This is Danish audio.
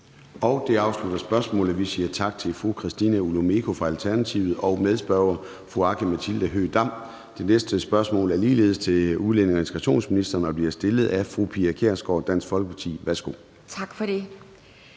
Det afslutter spørgsmålet. Vi siger tak til fru Christina Olumeko fra Alternativet og medspørgeren, fru Aki-Matilda Høegh-Dam. Det næste spørgsmål er ligeledes til udlændinge- og integrationsministeren og bliver stillet af fru Pia Kjærsgaard, Dansk Folkeparti. Kl. 14:12 Spm.